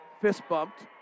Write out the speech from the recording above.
fist-bumped